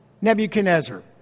Nebuchadnezzar